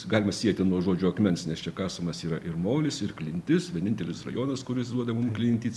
galima sieti nuo žodžio akmens nes čia kasamas yra ir molis ir klintis vienintelis rajonas kuris duoda mum klintis